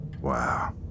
Wow